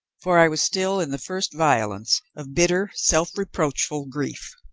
for i was still in the first violence of bitter, self-reproachful grief.